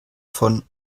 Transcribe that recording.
von